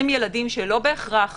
20 ילדים שלא בהכרח